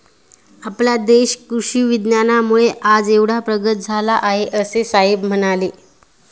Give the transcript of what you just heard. आपला देश कृषी विज्ञानामुळे आज एवढा प्रगत झाला आहे, असे साहेब म्हणाले